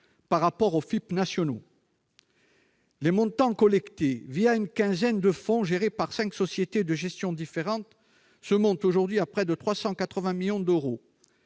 par rapport aux FIP nationaux. Les montants collectés, une quinzaine de fonds gérés par cinq sociétés de gestion différentes, se montent aujourd'hui à près de 380 millions d'euros.